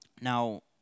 Now